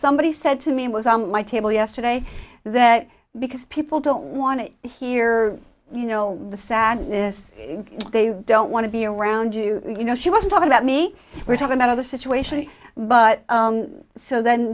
somebody said to me it was on my table yesterday that because people don't want to hear you know the sadness they don't want to be around you you know she was talking about me we're talking about other situation but so then